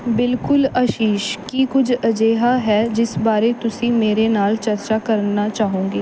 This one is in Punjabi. ਬਿਲਕੁਲ ਆਸ਼ੀਸ਼ ਕੀ ਕੁਝ ਅਜਿਹਾ ਹੈ ਜਿਸ ਬਾਰੇ ਤੁਸੀਂ ਮੇਰੇ ਨਾਲ ਚਰਚਾ ਕਰਨਾ ਚਾਹੋਂਗੇ